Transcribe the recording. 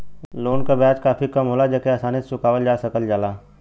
loan क ब्याज काफी कम होला जेके आसानी से चुकावल जा सकल जाला